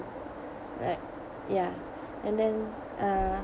like ya and then uh